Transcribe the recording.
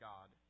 God